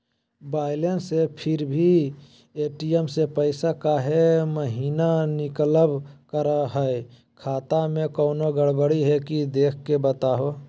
Balance है फिर भी भी ए.टी.एम से पैसा काहे महिना निकलब करो है, खाता में कोनो गड़बड़ी है की देख के बताहों?